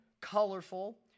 colorful